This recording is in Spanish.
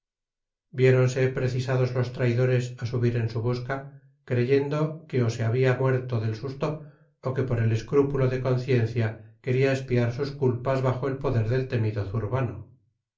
salido viéronse precisados los traidores a subir en su busca creyendo que o se había muerto del susto o que por el escrúpulo de conciencia quería expiar sus culpas bajo el poder del temido zurbano